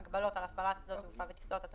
אני מתכבד לפתוח את ישיבת ועדת הכלכלה של הכנסת,